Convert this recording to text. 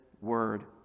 word